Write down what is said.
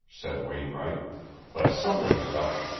said wainwright but something's up.